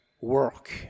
work